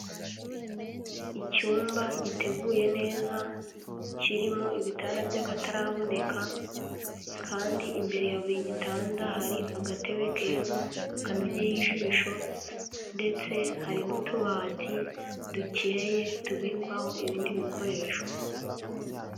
Icyumba giteguye neza kirimo ibitanda by'akataraboneka, kandi imbere ya buri gitanda hari agatebe keza kanogeye ijisho, ndetse hari n'utubati dukeye tubikwaho ibindi bikoresho.